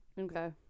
Okay